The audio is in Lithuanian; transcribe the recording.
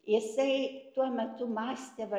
jisai tuo metu mąstė va